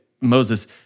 Moses